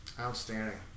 Outstanding